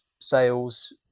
sales